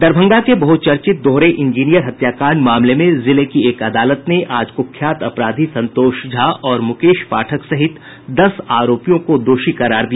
दरभंगा के बहचर्चित दोहरे इंजीनियर हत्याकांड मामले में जिले की एक अदालत ने आज कुख्यात अपराधी संतोष झा और मुकेश पाठक सहित दस आरोपियों को दोषी करार दिया